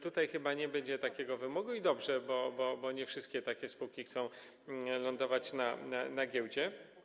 Tutaj chyba nie będzie takiego wymogu, i dobrze, bo nie wszystkie takie spółki chcą lądować na giełdzie.